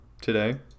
today